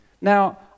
Now